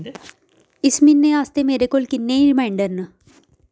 इस म्हीने आस्तै मेरे कोल किन्ने रिमाइंडर न